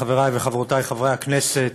חברי וחברותי חברי הכנסת,